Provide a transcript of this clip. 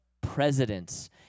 presidents